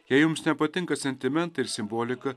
jei jums nepatinka sentimentai ir simbolika